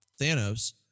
Thanos